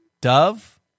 Dove